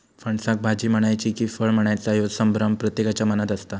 फणसाक भाजी म्हणायची कि फळ म्हणायचा ह्यो संभ्रम प्रत्येकाच्या मनात असता